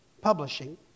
Publishing